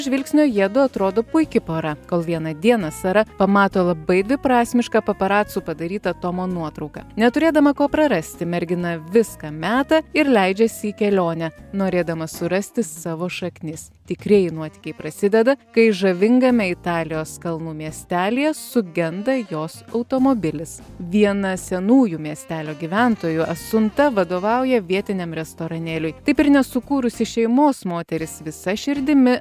žvilgsnio jiedu atrodo puiki pora kol vieną dieną sara pamato labai dviprasmišką paparacių padaryta tomo nuotrauką neturėdama ko prarasti mergina viską meta ir leidžiasi į kelionę norėdama surasti savo šaknis tikrieji nuotykiai prasideda kai žavingame italijos kalnų miestelyje sugenda jos automobilis viena senųjų miestelio gyventojų asunta vadovauja vietiniam restoranėliui taip ir nesukūrusi šeimos moteris visa širdimi